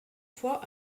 fois